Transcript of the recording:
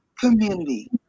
community